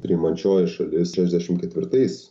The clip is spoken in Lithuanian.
priimančioji šalis šešdešim ketvirtais